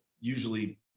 usually